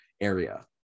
area